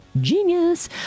Genius